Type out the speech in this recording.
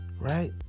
Right